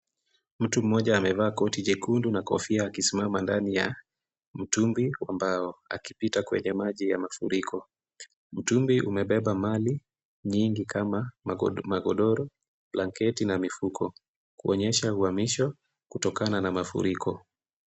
Mtu mmoja amevaa koti jekundu na kofia akisimama ndani ya mtumbwi wa mbao akipita kwenye maji ya mafuriko. Mtumbwi umebeba mali nyingi kama magodoro, blanketi, na mifuko kuonyesha uhamisho kutokana na mafuriko.